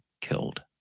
killed